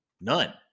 none